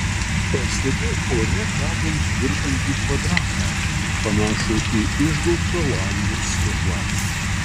pastebiu ore kabant virpantį kvadratą panašų į išgaubtą lango stiklą